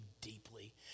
deeply